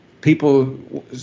people